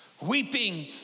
Weeping